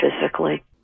physically